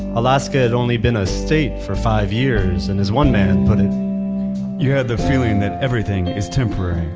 alaska had only been a state for five years and as one man put it you had the feeling that everything is temporary.